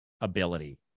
ability